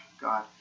God